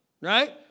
Right